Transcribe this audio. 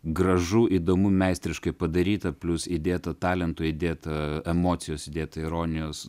gražu įdomu meistriškai padaryta plius įdėta talento įdėta emocijos įdėta ironijos